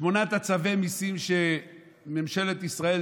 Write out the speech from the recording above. שמונת צווי המיסים שממשלת ישראל,